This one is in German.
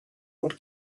und